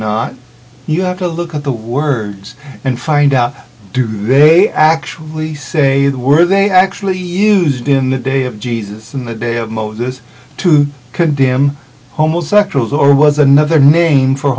not you have to look at the words and find out do they actually say that were they actually used in the day of jesus in the day of moses to condemn homosexuals or was another name for